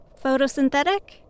Photosynthetic